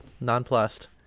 nonplussed